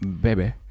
baby